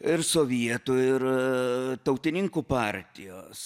ir sovietų ir tautininkų partijos